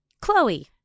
Chloe